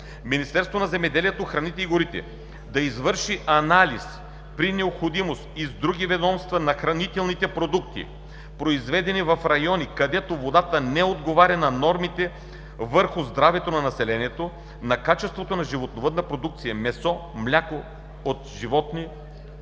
Министерството на земеделието, храните и горите да извърши анализ, при необходимост и с други ведомства, на хранителните продукти, произведени в райони, където водата не отговаря на нормите върху здравето на населението; на качеството на животновъдна продукция – месо и мляко от животни,